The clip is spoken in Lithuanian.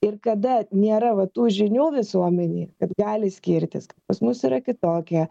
ir kada nėra va tų žinių visuomenėj kad gali skirtis kad pas mus yra kitokie